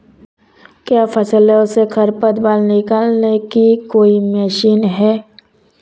क्या फसलों से खरपतवार निकालने की कोई मशीन है?